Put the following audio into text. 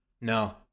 No